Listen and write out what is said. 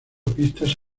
pistas